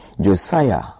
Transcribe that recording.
Josiah